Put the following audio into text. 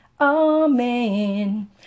amen